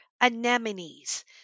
anemones